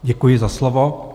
Děkuji za slovo.